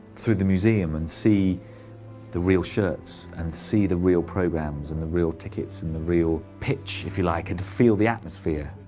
through the museum and see the real shirts, and see the real programmes, and the real tickets, and the real pitch, if you like, and to feel the atmosphere.